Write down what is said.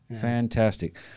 fantastic